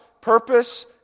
purpose